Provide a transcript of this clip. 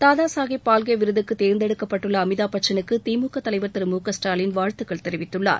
தாதா சாஹேப் பால்கே விருதுக்கு தேர்ந்தெடுக்கப்பட்டுள்ள அமிதாப்பச்சனுக்கு திமுக தலைவர் திரு மு க ஸ்டாலின் வாழ்த்துக்கள் தெரிவித்துள்ளார்